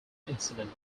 incident